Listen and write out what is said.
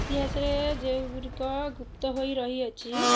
ଇତିହାସରେ ଯେଉଁଗୁଡ଼ିକ ଗୁପ୍ତ ହୋଇ ରହିଅଛି